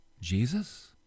Jesus